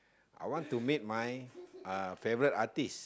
I want to meet my uh favourite artist